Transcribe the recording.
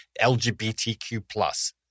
LGBTQ+